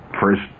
first